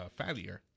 fattier